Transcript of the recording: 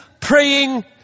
praying